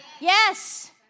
yes